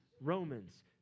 Romans